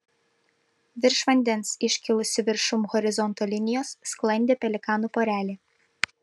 virš vandens iškilusi viršum horizonto linijos sklandė pelikanų porelė